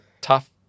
tough